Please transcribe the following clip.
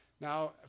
Now